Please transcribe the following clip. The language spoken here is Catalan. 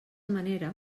manera